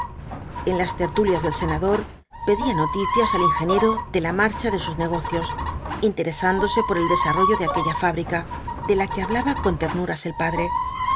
en las tertulias del senador pedía noticias al ingeniero de la marcha de sus negocios interesándose por el desarrollo de aquella fábrica de la que hablaba con ternuras de padre